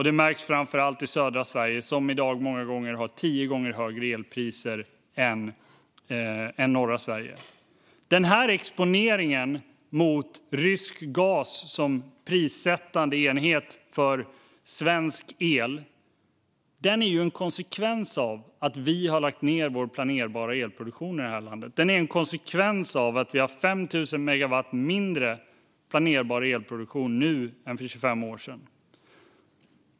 Det märks framför allt i södra Sverige, som i dag många gånger har tio gånger högre elpriser än norra Sverige. Exponeringen mot rysk gas som prissättande enhet för svensk el är en konsekvens av att vi har lagt ned vår planerbara elproduktion. Den är en konsekvens av att vi har 5 000 megawatt mindre planerbar elproduktion nu än för 25 år sedan.